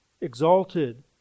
exalted